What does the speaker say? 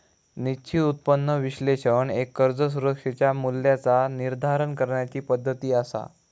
निश्चित उत्पन्न विश्लेषण एक कर्ज सुरक्षेच्या मूल्याचा निर्धारण करण्याची पद्धती असा